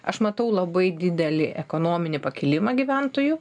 aš matau labai didelį ekonominį pakilimą gyventojų